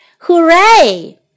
hooray